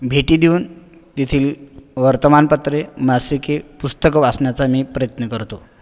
भेटी देऊन तेथील वर्तमानपत्रे मासिके पुस्तकं वाचण्याचा मी प्रयत्न करतो